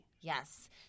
yes